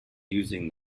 using